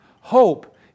Hope